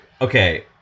Okay